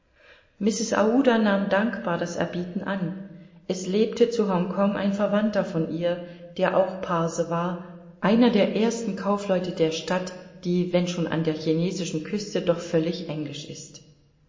nahm dankbar das erbieten an es lebte zu hongkong ein verwandter von ihr der auch parse war einer der ersten kaufleute der stadt die wenn schon an der chinesischen küste doch völlig englisch ist